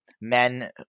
men